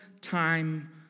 time